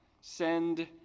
send